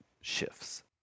shifts